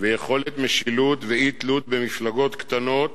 ויכולת משילות ואי-תלות במפלגות קטנות